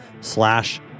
slash